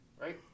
right